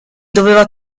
doveva